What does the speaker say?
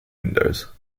windows